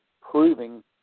proving